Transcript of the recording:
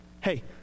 Hey